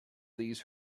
these